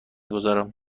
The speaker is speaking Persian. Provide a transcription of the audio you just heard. گذارم